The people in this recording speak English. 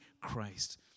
Christ